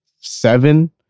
seven